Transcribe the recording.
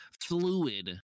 fluid